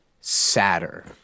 Sadder